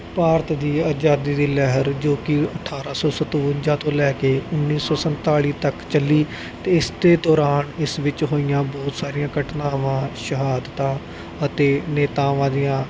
ਭਾਰਤ ਦੀ ਆਜ਼ਾਦੀ ਦੀ ਲਹਿਰ ਜੋ ਕਿ ਅਠਾਰ੍ਹਾਂ ਸੌ ਸਤਵੰਜਾ ਤੋਂ ਲੈ ਕੇ ਉੱਨੀ ਸੌ ਸੰਤਾਲੀ ਤੱਕ ਚੱਲੀ ਅਤੇ ਇਸ ਦੇ ਦੌਰਾਨ ਇਸ ਵਿੱਚ ਹੋਈਆਂ ਬਹੁਤ ਸਾਰੀਆਂ ਘਟਨਾਵਾਂ ਸ਼ਹਾਦਤਾਂ ਅਤੇ ਨੇਤਾਵਾਂ ਦੀਆਂ